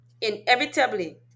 inevitably